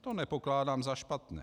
To nepokládám za špatné.